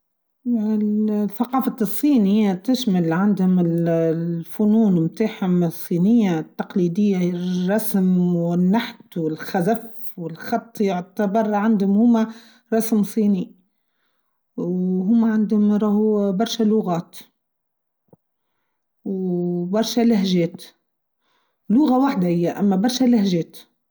ثقافه الصين هى تشمل عندهم الفنون تاعهم الصينيه التقليدية الرسم و النحت و الخزف و الخط يعتبر عندهم هما رسم صيني و هما عندهم راهو برشا لوغات و برشا لهجات لغه واحده هى أما برشا لهجات.